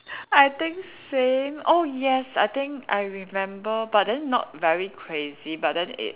I think same oh yes I think I remember but then not very crazy but then it